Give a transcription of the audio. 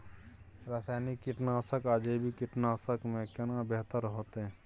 रसायनिक कीटनासक आ जैविक कीटनासक में केना बेहतर होतै?